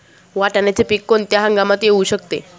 वाटाण्याचे पीक कोणत्या हंगामात येऊ शकते?